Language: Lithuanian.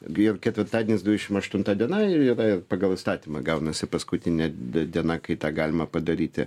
gi ir ketvirtadienis dvidešim aštunta diena ir yra pagal įstatymą gaunasi paskutinė diena kai tą galima padaryti